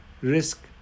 risk